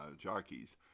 jockeys